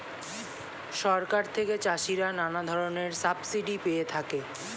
সরকার থেকে চাষিরা নানা ধরনের সাবসিডি পেয়ে থাকে